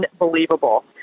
unbelievable